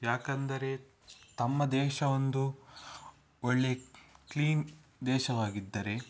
ಯಾಕೆಂದರೆ ತಮ್ಮ ದೇಶ ಒಂದು ಒಳ್ಳೆ ಕ್ಲೀನ್ ದೇಶವಾಗಿದ್ದರೆ